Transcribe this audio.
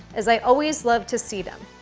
as i always love to see them.